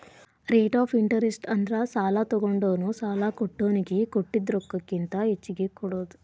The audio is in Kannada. ರೇಟ್ ಆಫ್ ಇಂಟರೆಸ್ಟ್ ಅಂದ್ರ ಸಾಲಾ ತೊಗೊಂಡೋನು ಸಾಲಾ ಕೊಟ್ಟೋನಿಗಿ ಕೊಟ್ಟಿದ್ ರೊಕ್ಕಕ್ಕಿಂತ ಹೆಚ್ಚಿಗಿ ಕೊಡೋದ್